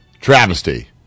travesty